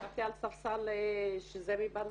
ישבתי על ספסל מברזל,